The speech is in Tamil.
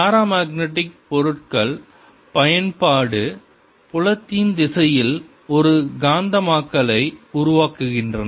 பரமக்நெடிக் பொருட்கள் பயன்பாட்டு புலத்தின் திசையில் ஒரு காந்தமாக்கலை உருவாக்குகின்றன